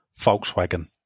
Volkswagen